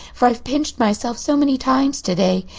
for i've pinched myself so many times today.